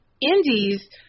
indies